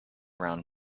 around